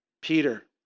Peter